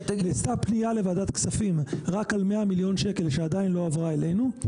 נעשתה פנייה לוועדת כספים רק על 100 מיליון שקל שעדיין לא עברה אלינו.